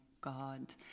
God